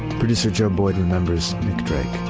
producer joe boyd remembers nick drake